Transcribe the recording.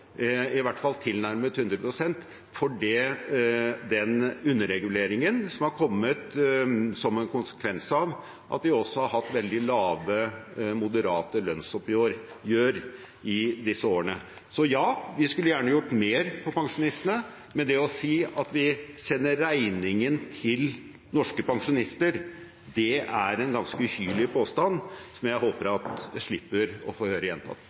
i hvert fall tilnærmet – 100 pst. for den underreguleringen som har kommet som en konsekvens av at vi også har hatt veldig moderate lønnsoppgjør i disse årene. Ja, vi skulle gjerne gjort mer for pensjonistene, men å si at vi sender regningen til norske pensjonister, er en ganske uhyrlig påstand som jeg håper jeg slipper å få høre gjentatt.